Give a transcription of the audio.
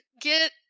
get